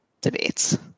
debates